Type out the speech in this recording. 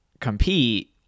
compete